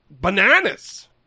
bananas